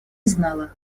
знала